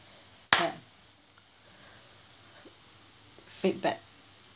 clap feedback